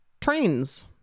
trains